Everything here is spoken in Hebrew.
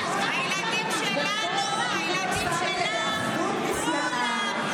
הילדים שלנו, הילדים שלך, כולם.